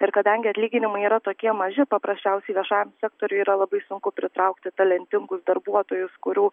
ir kadangi atlyginimai yra tokie maži paprasčiausiai viešajam sektoriui yra labai sunku pritraukti talentingus darbuotojus kurių